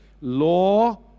law